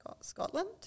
Scotland